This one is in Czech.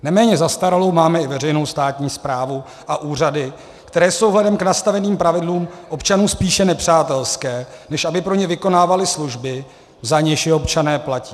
Neméně zastaralou máme i veřejnou státní správu a úřady, které jsou vzhledem k nastaveným pravidlům občanům spíše nepřátelské, než aby pro ně vykonávaly služby, za něž je občané platí.